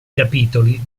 capitoli